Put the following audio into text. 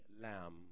Lamb